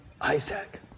Isaac